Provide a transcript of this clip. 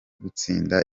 gutsinda